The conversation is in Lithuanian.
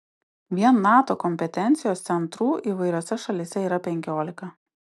vien nato kompetencijos centrų įvairiose šalyse yra penkiolika